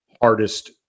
hardest